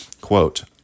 Quote